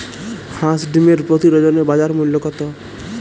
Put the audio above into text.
হাঁস ডিমের প্রতি ডজনে বাজার মূল্য কত?